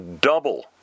double